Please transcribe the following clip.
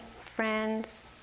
friends